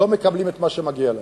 לא מקבלים את מה שמגיע להם.